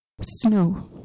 Snow